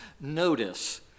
notice